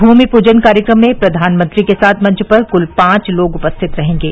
भूमि पूजन कार्यक्रम में प्रधानमंत्री के साथ मंच पर कुल पांच लोग उपस्थित रहेंगे